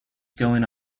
going